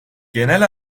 genel